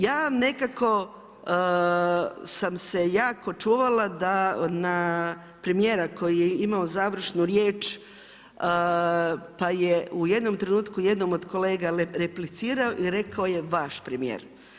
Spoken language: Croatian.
Ja vam nekako sam se jako čuvala na premijera koji je imao završnu riječ pa je u jednom trenutku jednog od kolega replicirao i rekao je vaš premijer.